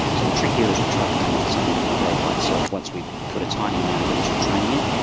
so the trick here is we've tried to come up with something that can grow by itself once we put a tiny amount of initial training in.